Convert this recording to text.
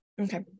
Okay